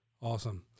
Awesome